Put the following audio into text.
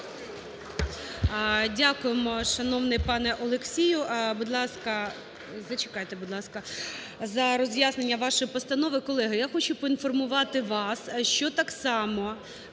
Дякуємо, шановний пане Олексію. Будь ласка... Зачекайте, будь ласка. За роз'яснення вашої постанови. Колеги, я хочу поінформувати вас, що так само